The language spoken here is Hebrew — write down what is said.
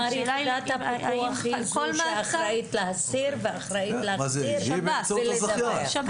כלומר יחידת הפיקוח היא זו שאחראית להסיר ואחראית להחזיר ולדווח.